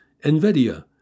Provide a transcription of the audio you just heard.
NVIDIA